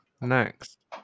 Next